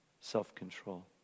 self-control